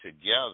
together